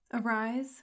Arise